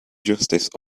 justice